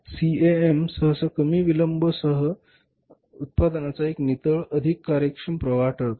CAM सहसा कमी विलंब सह उत्पादनाचा एक नितळ अधिक कार्यक्षम प्रवाह ठरतो